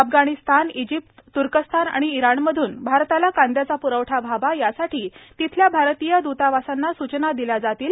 Afghanistan Egypt त्र्कस्तान आणि इराणमधून भारताला कांद्याचा प्रवठा व्हावा यासाठी तिथल्या भारतीय दुतावासांना सूचना दिल्या जातील